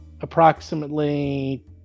approximately